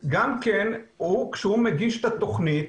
כשהוא מגיש את התוכנית,